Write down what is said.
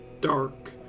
dark